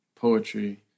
Poetry